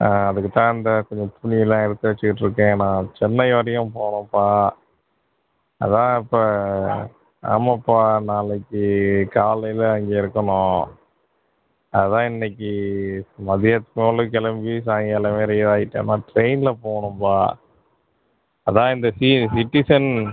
ஆ அதுக்கு தான் இந்த கொஞ்சம் துணியெல்லாம் எடுத்து வச்சிக்கிட்டு இருக்கேன் நான் சென்னை வரையும் போகணும்ப்பா அதான் இப்போ ஆமாம்ப்பா நாளைக்கு காலையில் அங்கே இருக்கணும் அதான் இன்னைக்கு மதியத்துக்கு மேலே கிளம்பி சாய்ங்காலம் வரையும் ஆயிட்டேன்னா ட்ரெய்னில் போகணும்ப்பா அதான் இந்த சி சிட்டிசன்